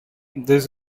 this